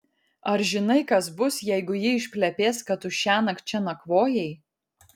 ar žinai kas bus jeigu ji išplepės kad tu šiąnakt čia nakvojai